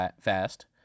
fast